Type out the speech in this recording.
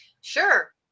Sure